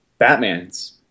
batmans